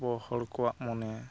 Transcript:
ᱟᱵᱚ ᱦᱚᱲ ᱠᱚᱣᱟᱜ ᱢᱚᱱᱮ